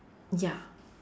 ya